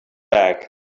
back